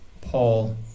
Paul